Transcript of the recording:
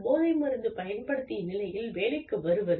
போதை மருந்து பயன்படுத்திய நிலையில் வேலைக்கு வருவது